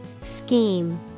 Scheme